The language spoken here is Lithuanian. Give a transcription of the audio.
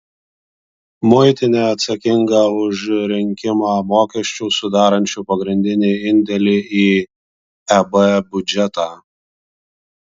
muitinė atsakinga už rinkimą mokesčių sudarančių pagrindinį indėlį į eb biudžetą